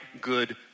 good